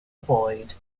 boyd